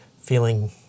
feeling